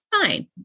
fine